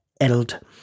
Eld